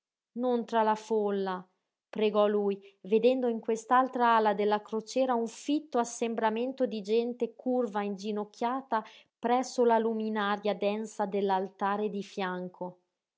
non tra la folla pregò lui vedendo in quest'altra ala della crociera un fitto assembramento di gente curva inginocchiata presso la luminaria densa dell'altare di fianco